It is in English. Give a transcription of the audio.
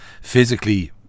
physically